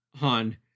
on